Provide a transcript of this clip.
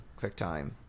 QuickTime